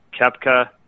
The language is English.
Kepka